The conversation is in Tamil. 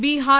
பீகார்